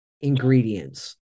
ingredients